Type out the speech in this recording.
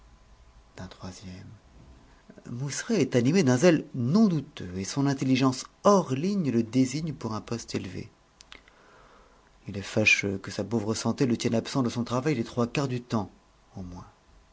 d'un troisième mousseret est animé d'un zèle non douteux et son intelligence hors ligne le désigne pour un poste élevé il est fâcheux que sa pauvre santé le tienne absent de son travail les trois quarts du temps au moins